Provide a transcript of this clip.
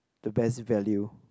the best value